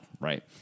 Right